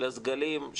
של הסגלים,